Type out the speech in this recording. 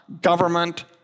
government